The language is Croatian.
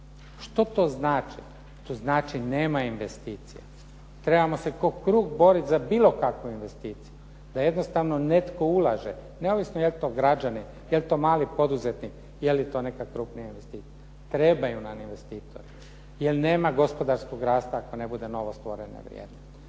Što to znači? To znači nema investicija. Trebamo se kao kruh boriti za bilo kakvu investiciju, da jednostavno netko ulaže neovisno je li to građanin, je li to mali poduzetnik, je li to neka krupnija investicija. Trebaju nam investitori jer nema gospodarskog rasta ako ne bude …/Govornik se ne